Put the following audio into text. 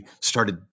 started